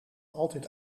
altijd